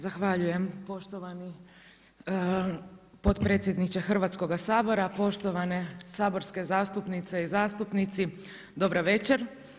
Zahvaljujem poštovani potpredsjedniče Hrvatskog sabora, poštovane saborske zastupnice i zastupnici, dobra večer.